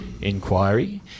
inquiry